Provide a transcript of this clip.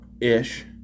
ish